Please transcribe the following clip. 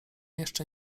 jeszcze